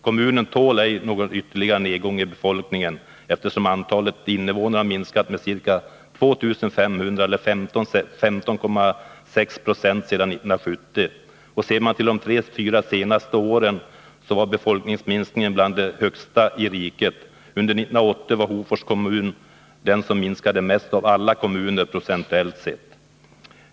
Kommunen tål ej någon ytterligare nedgång i befolkningen, eftersom antalet invånare har minskat med ca 2 500 eller 15,6 20 sedan 1970. Ser man till de tre fyra senaste åren, så kommer man fram till att befolkningsminskningen var bland de högsta i riket. Under 1980 var Hofors den kommun som minskade mest av alla kommuner procentuellt sett.